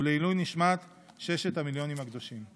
ולעילוי נשמת ששת המיליונים הקדושים.